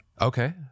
Okay